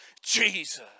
Jesus